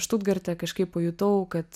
štutgarte kažkaip pajutau kad